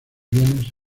bienes